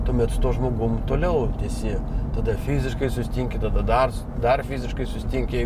tuomet su tuo žmogum toliau tęsi tada fiziškai sustinki tada dar dar fiziškai susitinki